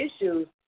issues